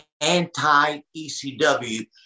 anti-ECW